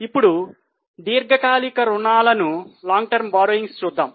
ఇప్పుడు దీర్ఘకాలిక రుణాలను చూద్దాం